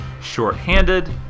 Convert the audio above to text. shorthanded